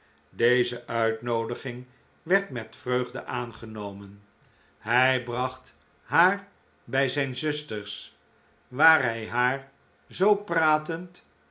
deze uitnoodiging werd met vreugde aangenomen hij bracht haar bij zijn zusters waar hij haar zoo pratend